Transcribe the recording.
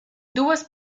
duas